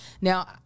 now